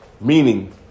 Meaning